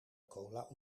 cola